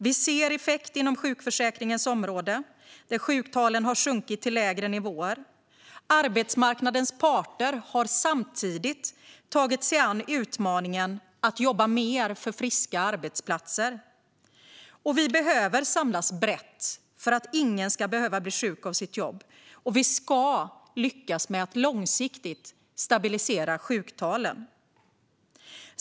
Vi ser effekt på sjukförsäkringsområdet, där sjuktalen har sjunkit till lägre nivåer. Arbetsmarknadens parter har samtidigt tagit sig an utmaningen att jobba mer för friska arbetsplatser. Vi behöver samlas brett för att ingen ska behöva bli sjuk av sitt jobb, och vi ska lyckas med att långsiktigt stabilisera sjuktalen.